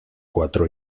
cuatro